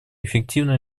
эффективным